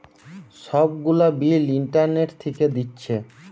সব গুলা bill internet থিকে দিচ্ছে